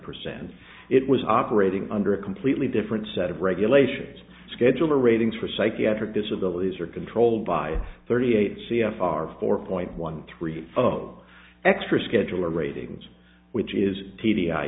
percent it was operating under a completely different set of regulations scheduler ratings for psychiatric disabilities are controlled by thirty eight c f r four point one three of extra scheduler ratings which is t